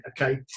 okay